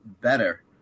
better